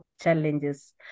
challenges